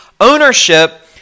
ownership